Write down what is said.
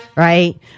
Right